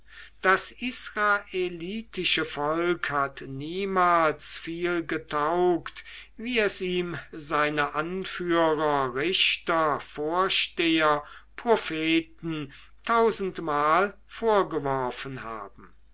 das israelitische volk hat niemals viel getaugt wie es ihm seine anführer richter vorsteher propheten tausendmal vorgeworfen haben